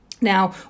Now